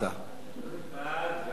אדוני היושב-ראש,